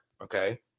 okay